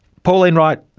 pauline wright,